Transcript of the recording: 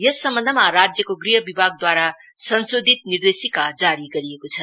यस सम्बन्धमा राज्यको गृह विभागद्वारा संशोधित निर्देशिका जारी गरिएको छ